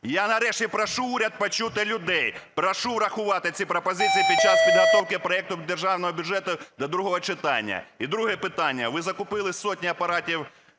Я нарешті прошу уряд почути людей, прошу врахувати ці пропозиції під час підготовки проекту державного бюджету до другого читання. І друге питання. Ви закупили сотні апаратів